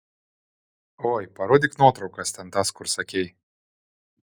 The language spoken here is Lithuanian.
oi parodyk nuotraukas ten tas kur sakei